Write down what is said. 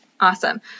Awesome